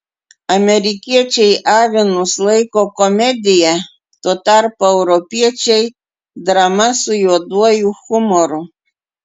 amerikiečiai avinus laiko komedija tuo tarpu europiečiai drama su juoduoju humoru